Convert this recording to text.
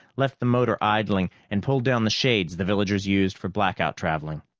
left the motor idling and pulled down the shades the villagers used for blackout traveling.